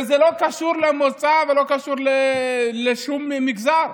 וזה לא קשור למוצא ולא קשור לשום מגזר.